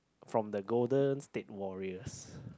from the golden state warriors